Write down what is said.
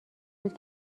بود